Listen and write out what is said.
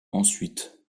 ensuite